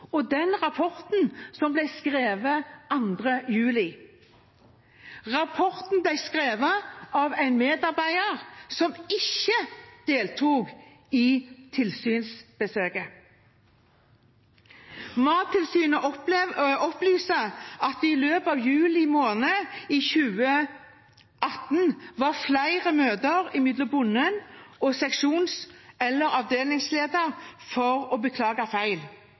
og den rapporten som ble skrevet 2. juli. Rapporten ble skrevet av en medarbeider som ikke deltok under tilsynsbesøket. Mattilsynet opplyser at det i løpet av juli måned 2018 var flere møter mellom bonden og seksjons- eller avdelingsleder for å beklage feil.